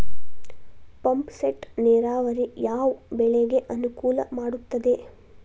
Pump set ನೇರಾವರಿ ಯಾವ್ ಬೆಳೆಗೆ ಅನುಕೂಲ ಮಾಡುತ್ತದೆ?